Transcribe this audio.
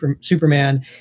Superman